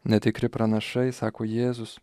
netikri pranašai sako jėzus